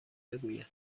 بگوید